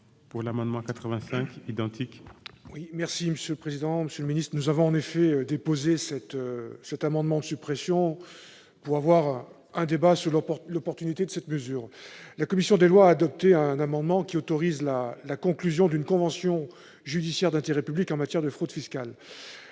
présenter l'amendement n° 85. Nous avons déposé cet amendement de suppression pour avoir un débat sur l'opportunité d'une telle mesure. La commission des lois a adopté un amendement qui autorise la conclusion d'une convention judiciaire d'intérêt public en matière de fraude fiscale.